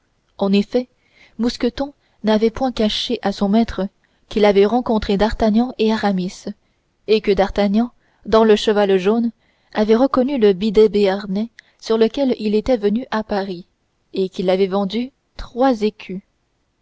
en effet mousqueton n'avait point caché à son maître qu'il avait rencontré d'artagnan et aramis et que d'artagnan dans le cheval jaune avait reconnu le bidet béarnais sur lequel il était venu à paris et qu'il avait vendu trois écus